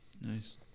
Nice